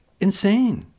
Insane